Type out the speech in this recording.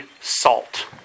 salt